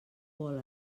vol